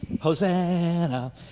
Hosanna